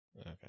Okay